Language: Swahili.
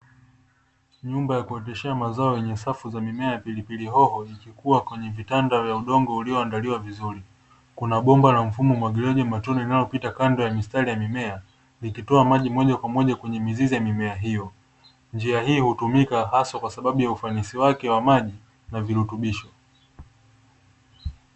Nyumba ya kuotesha mazao, yenye safu za mimea ya pilipili hoho, ikikua kwenye vitanda vya udongo ulioandaliwa vizuri. Kuna bomba la mfumo wa umwagiliaji wa matone linalopita kando ya mistari ya mimea, likitoa maji moja kwa moja kwenye mizizi ya mimea hiyo. Njia hii hutumika hasa kwa sababu ya ufanisi wake wa maji na virutubisho.